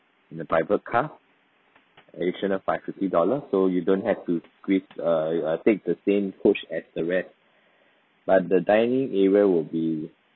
the driver car additional by fifty dollar so you don't have to squeeze err err take the same coach as the rest but the dining area will be